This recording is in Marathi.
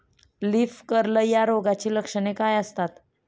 लीफ कर्ल या रोगाची लक्षणे काय असतात?